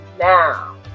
now